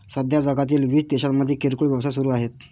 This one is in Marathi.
सध्या जगातील वीस देशांमध्ये किरकोळ व्यवसाय सुरू आहेत